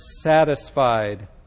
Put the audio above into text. satisfied